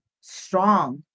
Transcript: strong